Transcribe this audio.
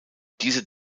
diese